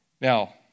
Now